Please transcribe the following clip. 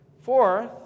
Fourth